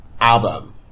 album